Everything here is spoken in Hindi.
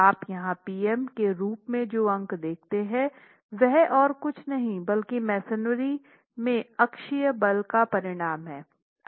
आप यहां पी एम के रूप में जो अंक देखते हैं वह और कुछ नहीं बल्कि मेसनरी में अक्षीय बल का परिणाम है